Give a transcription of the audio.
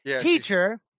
teacher